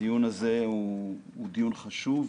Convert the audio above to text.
הדיון הזה הוא דיון חשוב.